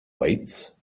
weights